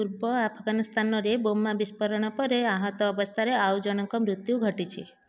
ପୂର୍ବ ଆଫଗାନିସ୍ତାନରେ ବୋମା ବିସ୍ଫୋରଣ ପରେ ଆହତ ଅବସ୍ଥାରେ ଆଉ ଜଣଙ୍କ ମୃତ୍ୟୁ ଘଟିଛି